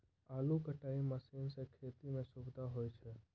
आलू कटाई मसीन सें खेती म सुबिधा होय छै